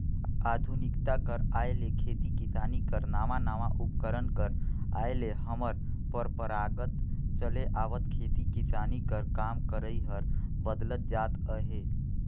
आधुनिकता कर आए ले खेती किसानी कर नावा नावा उपकरन कर आए ले हमर परपरागत चले आवत खेती किसानी कर काम करई हर बदलत जात अहे